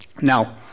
now